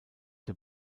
der